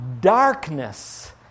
Darkness